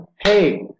hey